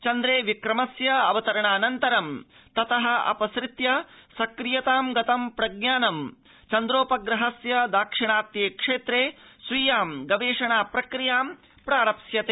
चन्द्रे विक्रमस्य अवतरणाऽनन्तर ततोऽपसृत्य सक्रियता गत प्रज्ञानं चन्द्रोप ग्रहस्य दाक्षिणात्ये क्षेत्रे स्वीयां गवेषणा प्रक्रियां प्रारप्स्यते